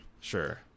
Sure